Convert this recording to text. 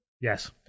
Yes